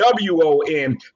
WON